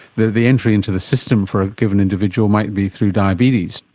the the entry into the system for a given individual might be through diabetes.